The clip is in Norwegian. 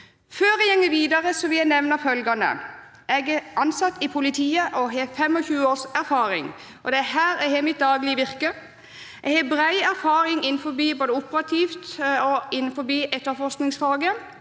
Før jeg går videre, vil jeg nevne følgende: Jeg er ansatt i politiet og har 25 års erfaring, og det er her jeg har mitt daglige virke. Jeg har bred erfaring både operativt og innenfor etterforskningsfaget,